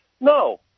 no